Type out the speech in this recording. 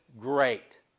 great